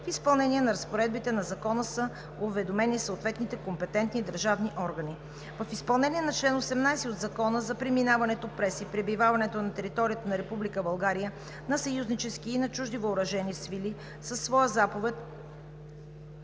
В изпълнение на разпоредбите на Закона са уведомени съответните компетентни държавни органи. 3. В изпълнение на чл. 18 от Закона за преминаването през и пребиваването на територията на Република България на съюзнически и на чужди въоръжени сили със своя заповед